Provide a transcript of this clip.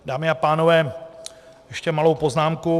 Dámy a pánové, ještě malou poznámku.